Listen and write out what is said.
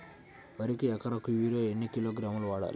వరికి ఎకరాకు యూరియా ఎన్ని కిలోగ్రాములు వాడాలి?